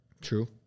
True